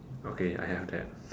okay I have that